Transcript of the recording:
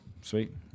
Sweet